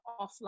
offline